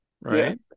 right